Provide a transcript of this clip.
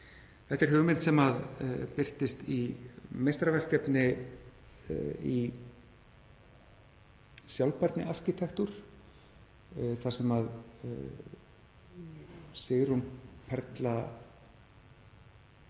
Þetta er hugmynd sem birtist í meistaraverkefni í sjálfbærniarkitektúr þar sem Sigrún Perla